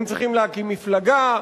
הם צריכים להקים מפלגה,